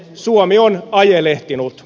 suomi on ajelehtinut